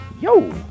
yo